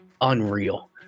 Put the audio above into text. unreal